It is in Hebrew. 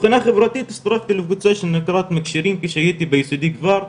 מבחינה חברתית הצטרפתי לקבוצה חברתית שנקראת מקשרים כשהייתי ביסודי כבר,